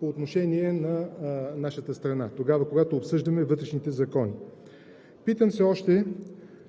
по отношение на нашата страна – тогава, когато обсъждаме вътрешните закони.